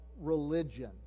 religion